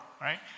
right